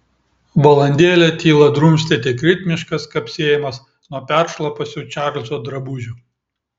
valandėlę tylą drumstė tik ritmiškas kapsėjimas nuo peršlapusių čarlzo drabužių